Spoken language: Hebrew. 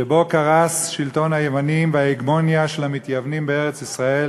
שבו קרסו שלטון היוונים וההגמוניה של המתייוונים בארץ-ישראל